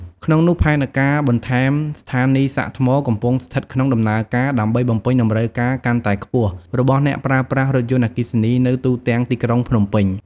ក្នុងនោះ ផែនការបន្ថែមស្ថានីយ៍សាកថ្មកំពុងស្ថិតក្នុងដំណើរការ ដើម្បីបំពេញតម្រូវការកាន់តែខ្ពស់របស់អ្នកប្រើប្រាស់រថយន្តអគ្គីសនីនៅទូទាំងទីក្រុងភ្នំពេញ។